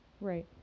Right